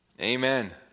amen